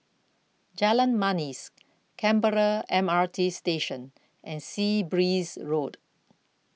Jalan Manis Canberra M R T Station and Sea Breeze Road